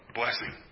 blessing